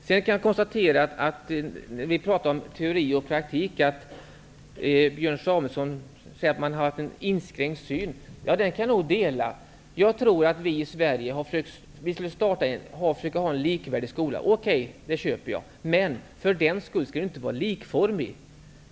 Björn Samuelson säger att man har haft en inskränkt syn på varvning av teori och praktik. Den uppfattningen kan jag dela. Också jag ansluter mig till inriktningen att vi i Sverige bör ha en jämlik skola -- men för den skull skall skolan inte vara likformig.